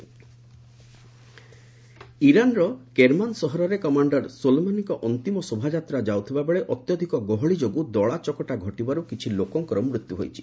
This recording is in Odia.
ଡେଲ୍ଥ୍ ଟୋଲ୍ ସୋଲେମାନି ଇରାନର କେରମାନ ସହରରେ କମାଣ୍ଡର ସୋଲେମାନିଙ୍କ ଅନ୍ତିମ ଶୋଭାଯାତ୍ରା ଯାଉଥିବା ବେଳେ ଅତ୍ୟଧିକ ଗହଳି ଯୋଗୁଁ ଦଳାଚକଟା ଘଟିବାରୁ କିଛି ଲୋକଙ୍କର ମୃତ୍ୟୁ ଘଟିଛି